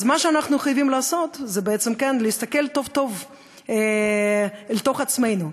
אז מה שאנחנו חייבים לעשות זה להסתכל טוב טוב אל תוך עצמנו,